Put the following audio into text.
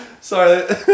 Sorry